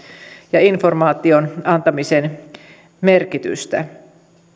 ja informaation antamisen merkitystä